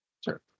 Sure